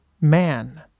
man